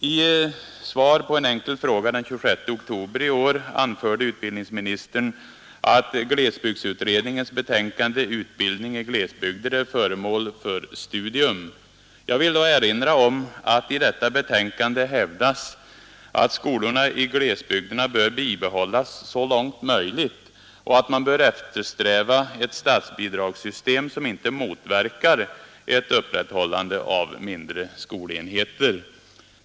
I sitt svar på en enkel fråga den 26 oktober i år framhöll utbildningsministern att glesbygdsutredningens betänkande Utbildning i glesbygd är föremål för studium. Jag vill erinra om att i detta betänkande hävdas att skolorna i glesbygderna bör bibehållas så långt möjligt och att man bör eftersträva ett statsbidragssystem som inte motverkar ett upprätthållande av mindre skolenheter.